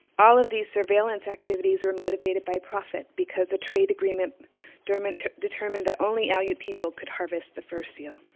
all of these surveillance activities were motivated by profit, because a trade agreement determined determined that only aleut people could harvest the first seal.